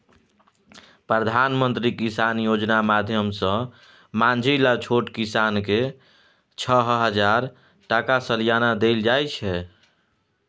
प्रधानमंत्री किसान योजना माध्यमसँ माँझिल आ छोट किसानकेँ छअ हजार टका सलियाना देल जाइ छै